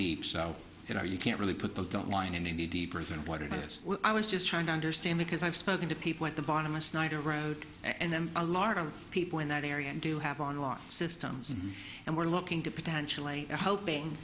deep so you know you can't really put those don't line in any deeper than what it is i was just trying to understand because i've spoken to people at the bottom of snyder road and then a lot of people in that area do have online systems and were looking to potentially hoping